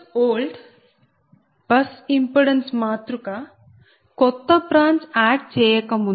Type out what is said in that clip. ZBUSOLD bus impedance మాతృక కొత్త branch add చేయకముందు